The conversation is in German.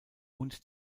und